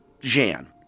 Jan